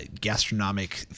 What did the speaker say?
gastronomic